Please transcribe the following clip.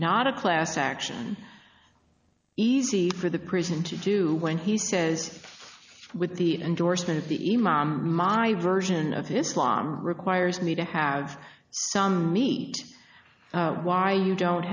not a class action easy for the prison to do when he says with the endorsement of the ema my version of islam requires me to have some meat why you don't